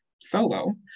solo